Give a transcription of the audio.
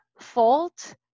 fault